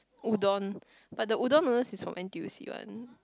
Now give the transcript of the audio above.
udon but the udon noodles is from N_T_U_C one